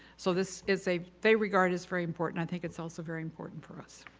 so this is a they regard as very important, i think its also very important for us.